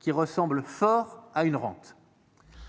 qui ressemble fort à une rente.